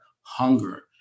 hunger